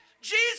Jesus